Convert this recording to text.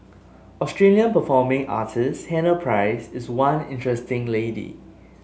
Australian performing artist Hannah Price is one interesting lady